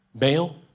male